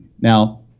Now